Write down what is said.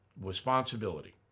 responsibility